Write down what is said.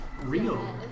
Real